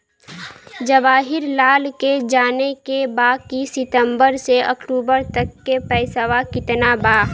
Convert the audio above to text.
जवाहिर लाल के जाने के बा की सितंबर से अक्टूबर तक के पेसवा कितना बा?